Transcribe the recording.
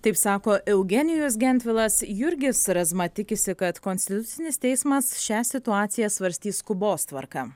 taip sako eugenijus gentvilas jurgis razma tikisi kad konstitucinis teismas šią situaciją svarstys skubos tvarka